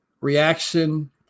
reaction